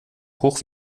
hoch